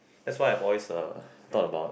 that's why I always uh thought about